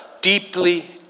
Deeply